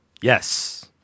Yes